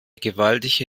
gewaltige